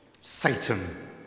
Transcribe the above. Satan